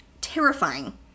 terrifying